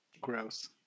Gross